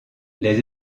les